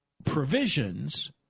provisions